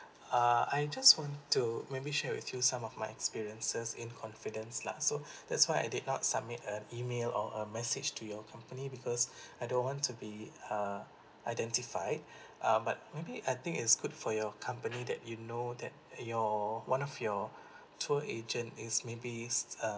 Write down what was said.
uh I just want to maybe share with you some of my experiences in confidence lah so that's why I did not submit an email or a message to your company because I don't want to be uh identified uh but maybe I think it's good for your company that you know that your one of your tour agent is maybe uh